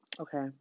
Okay